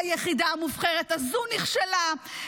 היחידה המובחרת הזאת נכשלה,